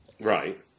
Right